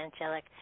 angelic